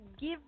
give